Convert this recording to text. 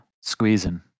squeezing